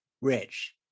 Rich